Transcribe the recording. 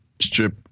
strip